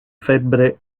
febbre